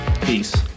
peace